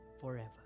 forever